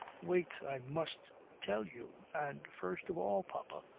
wait. i must tell you. and first of all, papa,